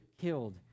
killed